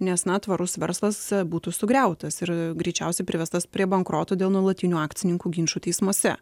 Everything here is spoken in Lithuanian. nes na tvarus verslas būtų sugriautas ir greičiausiai privestas prie bankroto dėl nuolatinių akcininkų ginčų teismuose